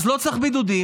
אז לא צריך בידודים,